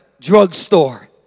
drugstore